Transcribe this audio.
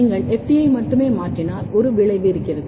நீங்கள் FT ஐ மட்டுமே மாற்றினால் ஒரு விளைவு இருக்கிறது